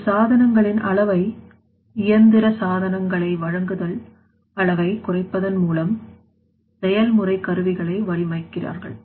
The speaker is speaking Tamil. நீங்கள் சாதனங்களின் அளவை இயந்திர சாதனங்களை வழங்குதல் அளவை குறைப்பதன் மூலம் செயல்முறை கருவிகளை வடிவமைக்கிறார்கள்